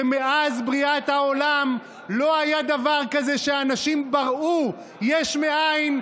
שמאז בריאת העולם לא היה דבר כזה שאנשים בראו יש מאין,